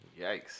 Yikes